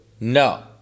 No